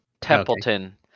Templeton